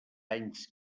anys